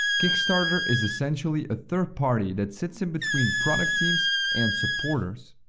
kickstarter is essentially a third party that sits and between product teams and supporters.